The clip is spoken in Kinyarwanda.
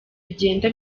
bigenda